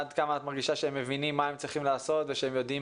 עד כמה את מרגישה שהם מבינים מה הם צריכים לעשות ושהם יודעים